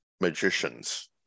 magicians